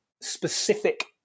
specific